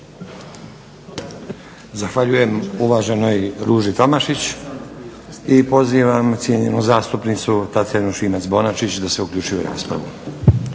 Zahvaljujem uvaženoj Ruži Tomašić i pozivam cijenjenu zastupnicu Tatjanu Šimac-Bonačić da se uključi u raspravu.